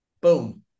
Boom